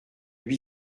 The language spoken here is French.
lui